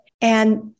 And-